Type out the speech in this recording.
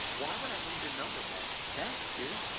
why would i need your number, man? thanks, dude.